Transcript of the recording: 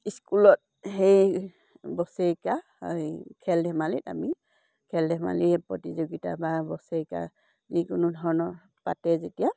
ইস্কুলত সেই বছৰেকিয়া খেল ধেমালিত আমি খেল ধেমালি প্ৰতিযোগিতা বা বছৰেক যিকোনো ধৰণৰ পাতে যেতিয়া